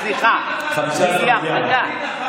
אני אומר שזה חלק לחמש וחלק לעשר,